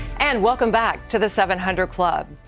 and welcome back to the seven hundred club.